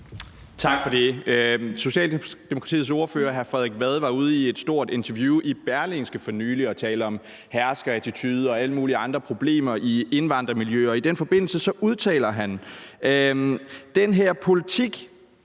Tak for det. Socialdemokratiets ordfører hr. Frederik Vad var ude i et stort interview i Berlingske for nylig og tale om herskerattitude og alle mulige andre problemer i indvandrermiljøer. I den forbindelse udtaler han: Den her politik,